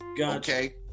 Okay